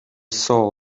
soul